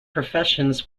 professions